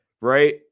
right